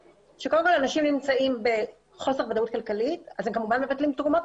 אנשים נמצאים בחוסר ודאות כלכלית אז הם כמובן מבטלים תרומות,